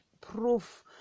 proof